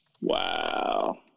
wow